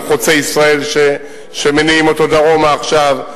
על חוצה-ישראל שמניעים אותו דרומה עכשיו,